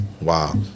Wow